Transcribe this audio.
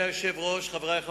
ביום כ"ב באדר